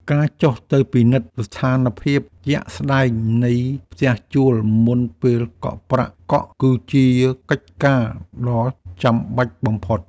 ការចុះទៅពិនិត្យស្ថានភាពជាក់ស្តែងនៃផ្ទះជួលមុនពេលកក់ប្រាក់កក់គឺជាកិច្ចការដ៏ចាំបាច់បំផុត។